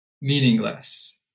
meaningless